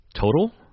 total